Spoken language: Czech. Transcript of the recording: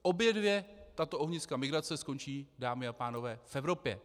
Obě dvě tato ohniska migrace skončí, dámy a pánové, v Evropě.